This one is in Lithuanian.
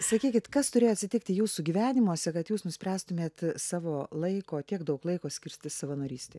sakykit kas turėjo atsitikti jūsų gyvenimuose kad jūs nuspręstumėt savo laiko tiek daug laiko skirti savanorystei